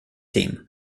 team